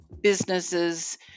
businesses